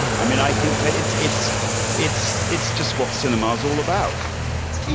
i mean, i think it's it's it's it's just what cinema is all about it's